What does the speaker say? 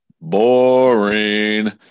Boring